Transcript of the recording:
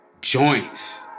joints